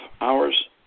hours